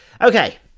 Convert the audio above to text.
okay